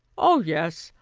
oh, yes,